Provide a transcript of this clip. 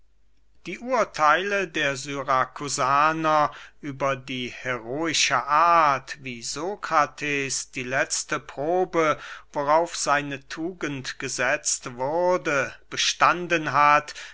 die urtheile der syrakusaner über die heroische art wie sokrates die letzte probe worauf seine tugend gesetzt wurde bestanden hat